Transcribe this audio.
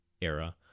era